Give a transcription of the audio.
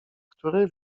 który